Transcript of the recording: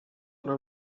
una